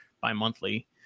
bi-monthly